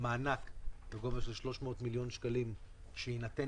מענק בגובה של 300 מיליון שקלים שיינתן